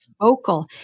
Vocal